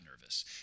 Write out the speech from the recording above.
nervous